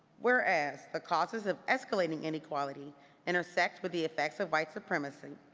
whereas the causes of escalating inequality intersect with the affects of white supremacy.